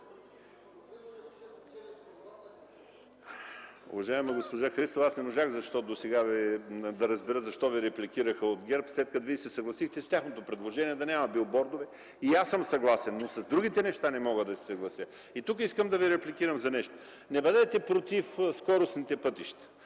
Уважаема госпожо Христова, аз не можах да разбера защо Ви репликираха от ГЕРБ, след като Вие се съгласихте с тяхното предложение да няма билбордове. И аз съм съгласен. Но с другите неща не мога да се съглася. Тук искам да Ви репликирам за нещо. Не бъдете против скоростните пътища,